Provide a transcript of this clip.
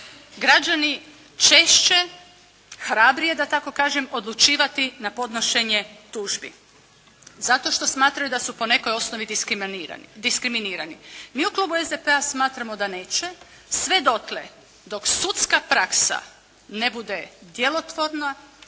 građani češće, hrabrije da tako kažem odlučivati na podnošenje tužbi? Zato što smatraju da su po nekoj osnovi diskriminirani. Mi u Klubu SDP-a smatramo da neće sve dotle dok sudska praksa ne bude djelotvorna,